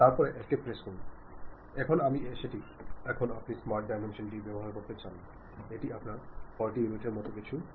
তারপরে escape press করুন